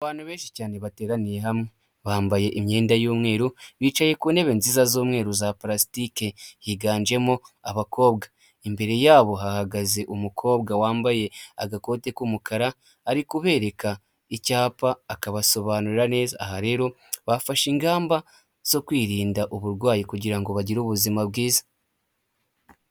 Abantu benshi cyane bateraniye hamwe bambaye imyenda y'umweru, bicaye ku ntebe nziza z'umweru za prasitike, higanjemo abakobwa. Imbere yabo hahagaze umukobwa wambaye agakote k'umukara ari kubereka icyapa akabasobanurira neza. Aha rero bafashe ingamba zo kwirinda uburwayi kugira ngo bagire ubuzima bwiza.